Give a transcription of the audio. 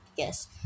Yes